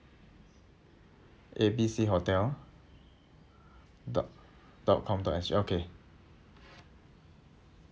A B C hotel dot dot com dot S_G okay